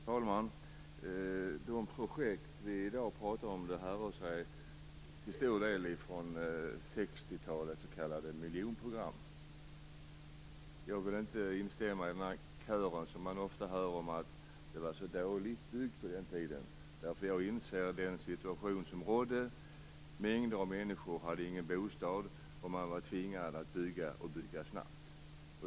Fru talman! De projekt som vi pratar om i dag rör till stor del 60-talets s.k. miljonprogram. Jag vill inte instämma i den kör som ofta säger att det var så dåligt byggt på den tiden. Jag inser den situation som rådde. Mängder av människor hade ingen bostad. Man var tvingad att bygga, och bygga snabbt.